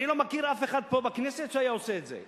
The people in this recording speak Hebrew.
אני לא מכיר אף אחד פה בכנסת שהיה עושה את זה.